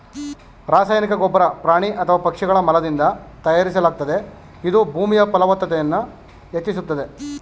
ರಾಸಾಯನಿಕ ಗೊಬ್ಬರ ಪ್ರಾಣಿ ಅಥವಾ ಪಕ್ಷಿಗಳ ಮಲದಿಂದ ತಯಾರಿಸಲಾಗ್ತದೆ ಇದು ಭೂಮಿಯ ಫಲವ್ತತತೆ ಹೆಚ್ಚಿಸ್ತದೆ